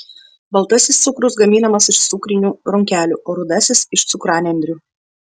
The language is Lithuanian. baltasis cukrus gaminamas iš cukrinių runkelių o rudasis iš cukranendrių